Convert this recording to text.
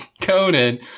Conan